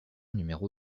numéro